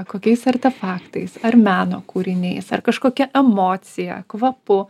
kokiais artefaktais ar meno kūriniais ar kažkokia emocija kvapu